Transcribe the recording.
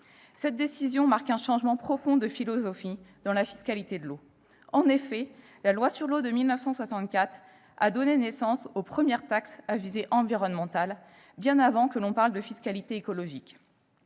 Cette décision marque un changement profond de philosophie dans la fiscalité de l'eau. En effet, la loi sur l'eau de 1964 a donné naissance aux premières taxes à visée environnementale, bien avant que l'on parle de fiscalité écologique.